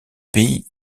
pays